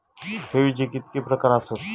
ठेवीचे कितके प्रकार आसत?